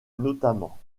notamment